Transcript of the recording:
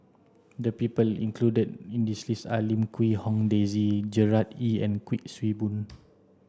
the people included in this list are Lim Quee Hong Daisy Gerard Ee and Kuik Swee Boon